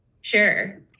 Sure